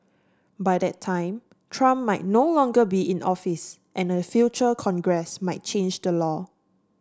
by that time Trump might no longer be in office and a future congress might change the law